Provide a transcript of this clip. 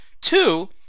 two